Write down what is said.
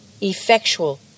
effectual